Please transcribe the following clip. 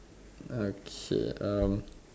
okay